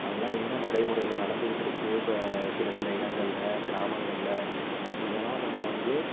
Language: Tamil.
அதலாம் இன்னும் நடைமுறையில் நடந்துட்டிருக்கு சில சில இடங்களில் கிராமங்களில் இதெல்லாம் நம்ப வந்து